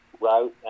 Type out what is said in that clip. route